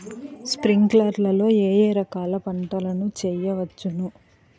స్ప్రింక్లర్లు లో ఏ ఏ రకాల పంటల ను చేయవచ్చును?